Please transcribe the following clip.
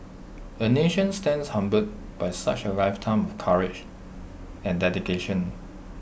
A nation stands humbled by such A lifetime of courage and dedication